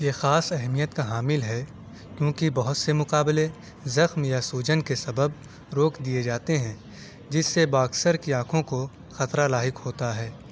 یہ خاص اہمیت کا حامل ہے کیونکہ بہت سے مقابلے زخم یا سوجن کے سبب روک دیے جاتے ہیں جس سے باکسر کی آنکھوں کو خطرہ لاحق ہوتا ہے